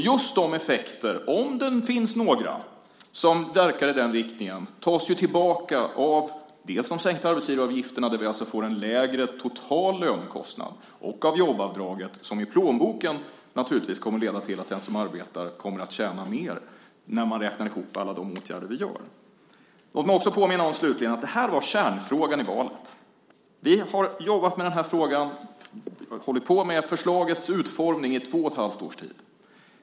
Just effekter som verkar i den riktningen, om det finns några, tas tillbaka dels av de sänkta arbetsavgifterna, där vi får en lägre total lönekostnad, dels av jobbavdraget. Det kommer i plånboken att leda till att den som arbetar kommer att tjäna mer när man räknar ihop alla de åtgärder vi gör. Låt mig slutligen också påminna om att detta var kärnfrågan i valet. Vi har jobbat med frågan och hållit på med förslagets utformning i två och ett halvt års tid.